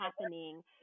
happening